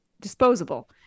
disposable